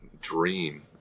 dream